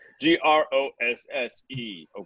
G-R-O-S-S-E